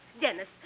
Dennis